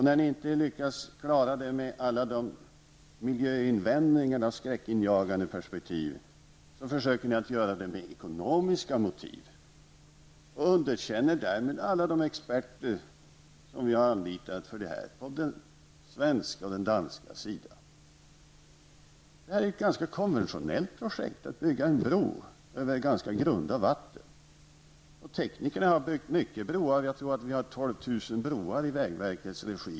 När ni inte klarar det med de skräckinjagande perspektiv som ni målar upp med alla era miljöinvändningar försöker ni göra det med ekonomiska medel och underkänner därmed alla de experter -- på den svenska och den danska sidan -- som vi har anlitat för det här. Att bygga en bro över ganska grunda vatten är ett relativt konventionellt projekt. Teknikerna har byggt många broar. Jag tror att vi i Sverige har 12 000 broar i vägverkets regi.